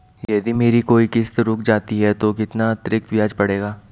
यदि मेरी कोई किश्त रुक जाती है तो कितना अतरिक्त ब्याज पड़ेगा?